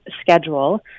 schedule